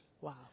Wow